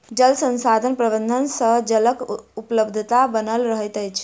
जल संसाधन प्रबंधन सँ जलक उपलब्धता बनल रहैत अछि